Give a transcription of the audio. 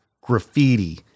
graffiti